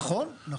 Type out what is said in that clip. נכון, נכון.